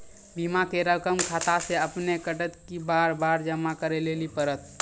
बीमा के रकम खाता से अपने कटत कि बार बार जमा करे लेली पड़त?